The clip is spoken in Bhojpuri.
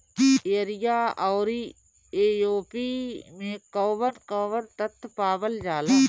यरिया औरी ए.ओ.पी मै कौवन कौवन तत्व पावल जाला?